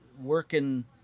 working